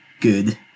good